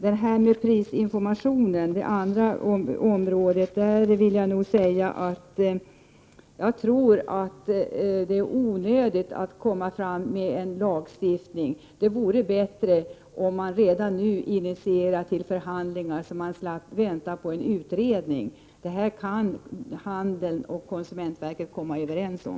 I fråga om prisinformationen tror jag att det är onödigt med en lagstiftning. Det är bättre att redan nu initiera förhandlingar och därmed slippa vänta på en utredning. Detta kan handeln och konsumentverket komma överens om.